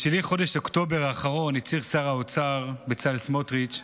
בשלהי חודש אוקטובר האחרון הצהיר שר האוצר בצלאל סמוטריץ'